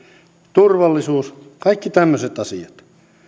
turvallisuus kaikki tämmöiset asiat